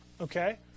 okay